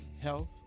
health